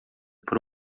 por